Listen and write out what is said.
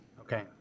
Okay